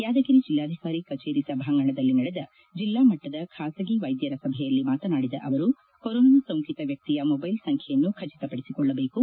ಯಾದಗಿರಿ ಜಿಲ್ಲಾಧಿಕಾರಿ ಕಚೇರಿ ಸಭಾಂಗಣದಲ್ಲಿ ನಡೆದ ಜಿಲ್ಲಾಮಟ್ಟದ ಖಾಸಗಿ ವೈದ್ಯರ ಸಭೆಯಲ್ಲಿ ಮಾತನಾಡಿದ ಅವರು ಕೊರೊನಾ ಸೋಂಕಿತ ವ್ವಕ್ತಿಯ ಮೊದೈಲ್ ಸಂಖ್ಯೆಯನ್ನು ಖಚಿತಪಡಿಸಿಕೊಳ್ಳಬೇಕು